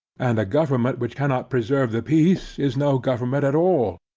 and a government which cannot preserve the peace, is no government at all,